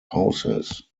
houses